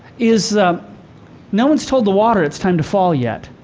is no one's told the water it's time to fall yet.